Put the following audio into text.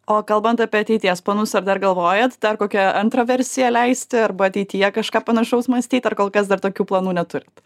o kalbant apie ateities planus ar dar galvojat dar kokią antrą versiją leisti arba ateityje kažką panašaus mąstyt ar kol kas dar tokių planų neturit